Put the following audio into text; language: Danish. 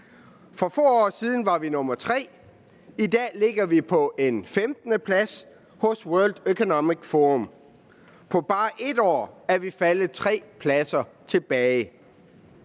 For få år siden var vi nr. 3, i dag ligger vi på en 15. plads hos World Economic Forum. På bare 1 år er vi faldet tre pladser tilbage.